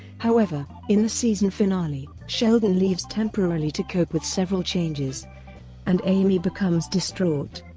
however, in the season finale, sheldon leaves temporarily to cope with several changes and amy becomes distraught.